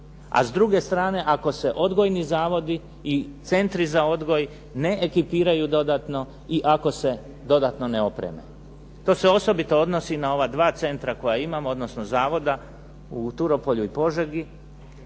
a s druge strane ako se odgojni zavodi i centri za odgoj ne ekipiraju dodatno i ako se dodatno ne opreme. To se osobito odnosi na ova dva centra koja imamo, odnosno zavoda, u Turopolju i Požegi